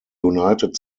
united